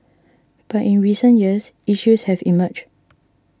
but in recent years issues have emerged